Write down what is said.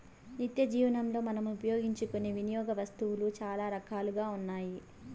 నిత్యజీవనంలో మనం ఉపయోగించుకునే వినియోగ వస్తువులు చాలా రకాలుగా ఉన్నాయి